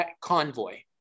Convoy